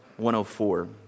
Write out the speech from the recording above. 104